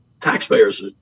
taxpayers